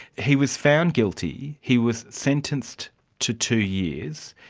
he was found guilty, he was sentenced to two years.